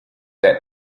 that